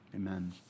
Amen